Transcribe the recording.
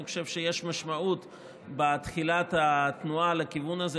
אני חושב שיש משמעות בתחילת התנועה לכיוון הזה,